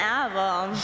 album